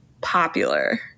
popular